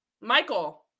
Michael